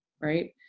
right